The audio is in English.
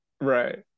Right